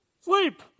Sleep